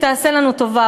תעשה לנו טובה,